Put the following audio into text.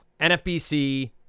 NFBC